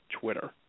Twitter